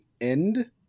end